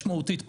משמעותית פחות.